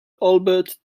albert